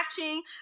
watching